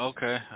Okay